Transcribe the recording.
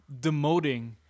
demoting